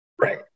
Right